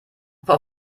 vor